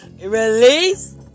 release